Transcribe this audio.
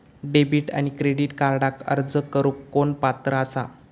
Debit आणि credit कार्डक अर्ज करुक कोण पात्र आसा?